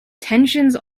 tensions